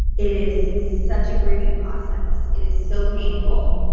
it is such a grieving process. it is so painful.